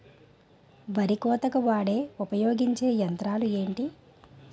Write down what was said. వరి కోతకు వాడే ఉపయోగించే యంత్రాలు ఏంటి?